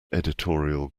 editorial